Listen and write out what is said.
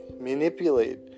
manipulate